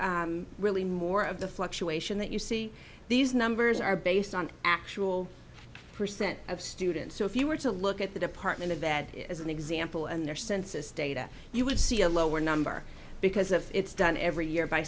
that's really more of the fluctuation that you see these numbers are based on actual percent of students so if you were to look at the department of that as an example and their census data you would see a lower number because of it's done every year by